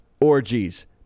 orgies